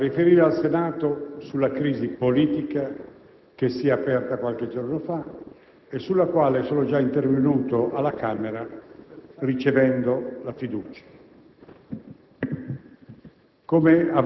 sono qui a riferire al Senato sulla crisi politica che si è aperta qualche giorno fa e sulla quale sono già intervenuto alla Camera ricevendo la fiducia.